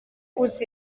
uzi